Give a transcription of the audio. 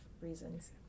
reasons